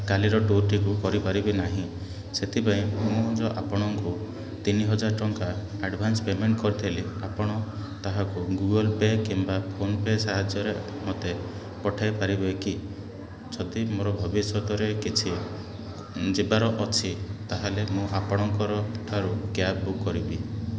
କାଲିର ବୁକ୍ଟିକୁ କରିପାରିବି ନାହିଁ ସେଥିପାଇଁ ମୁଁ ଯେଉଁ ଆପଣଙ୍କୁ ତିନି ହଜାର ଟଙ୍କା ଆଡ଼ଭାନ୍ସ ପେମେଣ୍ଟ କରିଥିଲି ଆପଣ ତାହାକୁ ଗୁଗଲ୍ ପେ' କିମ୍ବା ଫୋନପେ' ସାହାଯ୍ୟରେ ମୋତେ ପଠେଇ ପାରିବେ କି ଯଦି ମୋର ଭବିଷ୍ୟତରେ କିଛି ଯିବାର ଅଛି ତାହେଲେ ମୁଁ ଆପଣଙ୍କର ଠାରୁ କ୍ୟାବ୍ ବୁକ୍ କରିବି